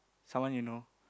someone you know